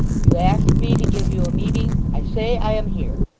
you ask me to give you a meeting. i say, i am here